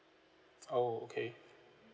oh okay